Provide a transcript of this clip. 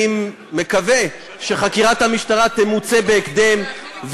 אני מקווה שחקירת המשטרה תמוצה בהקדם,